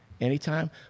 anytime